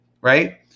right